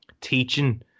teaching